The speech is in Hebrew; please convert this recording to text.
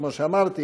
כמו שאמרתי,